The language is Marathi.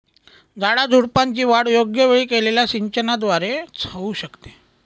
झाडाझुडपांची वाढ योग्य वेळी केलेल्या सिंचनाद्वारे च होऊ शकते